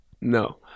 No